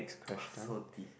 so deep